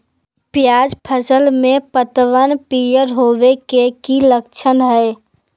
प्याज फसल में पतबन पियर होवे के की लक्षण हय?